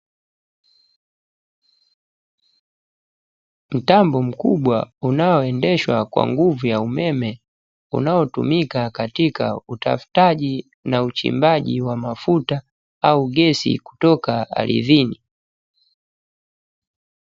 Mtambo mkubwa unaoendeshwa kwa nguvu ya umeme, unaotumika katika utafutaji na uchimbaji wa mafuta au gesi kutoka ardhini.